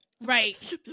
Right